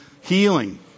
Healing